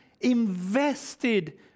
invested